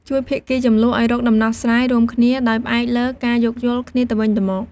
ជួយភាគីជម្លោះឱ្យរកដំណោះស្រាយរួមគ្នា ដោយផ្អែកលើការយោគយល់គ្នាទៅវិញទៅមក។